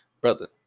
Brother